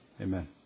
Amen